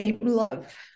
love